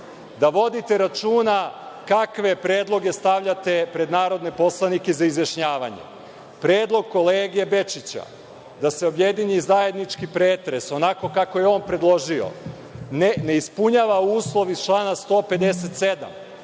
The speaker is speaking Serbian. da vodite računa kakve predloge stavljate pred narodne poslanike za izjašnjavanje. Predlog kolege Bečića da se objedini zajednički pretres onako kako je on predložio, ne ispunjava uslov iz člana 157.